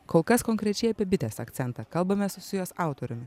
kol kas konkrečiai apie bitės akcentą kalbamės su jos autoriumi